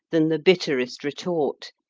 than the bitterest retort.